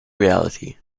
reality